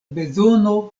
bezono